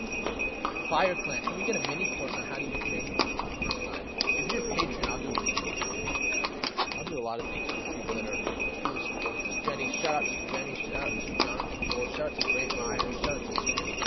fire clint can we get a mini course on how to use training view for the first time if your patron i'll do a mini course with you i'll do a lot of things for the people that are truly supporting us jenny shout out to jenny shout out to jonathan for shots and grant myers shut it to suman